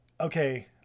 okay